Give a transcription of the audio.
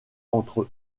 entre